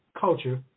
culture